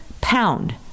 pound